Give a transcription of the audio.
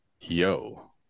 Yo